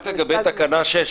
רק לגבי תקנה 6,